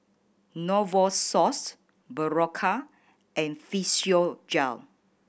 Novosource Berocca and Physiogel